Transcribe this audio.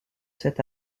cet